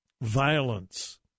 Violence